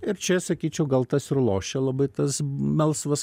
ir čia sakyčiau gal tas ir lošia labai tas melsvas